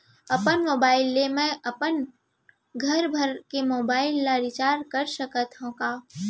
अपन मोबाइल ले मैं अपन घरभर के मोबाइल ला रिचार्ज कर सकत हव का?